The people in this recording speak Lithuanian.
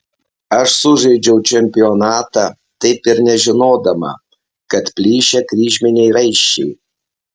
aš sužaidžiau čempionatą taip ir nežinodama kad plyšę kryžminiai raiščiai